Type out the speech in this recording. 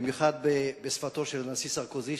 במיוחד בשפתו של הנשיא סרקוזי,